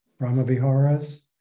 Brahmaviharas